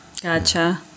gotcha